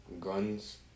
guns